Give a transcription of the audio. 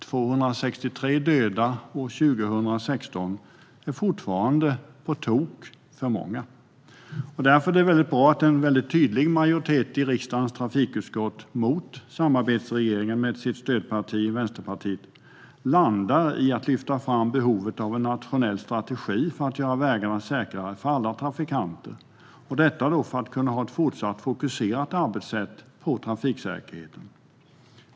263 döda år 2016 är fortfarande på tok för många. Därför är det väldigt bra att en tydlig majoritet i riksdagens trafikutskott mot samarbetsregeringen med dess stödparti Vänsterpartiet landar i att lyfta fram behovet av en nationell strategi för att göra vägarna säkrare för alla trafikanter, detta för att kunna ha ett fortsatt fokuserat arbetssätt på trafiksäkerheten.